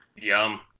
Yum